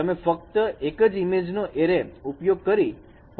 તમે ફક્ત એક જ ઈમેજ એરે નો ઉપયોગ કરીને પણ ગણતરી કરી શકો છો